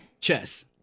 Chess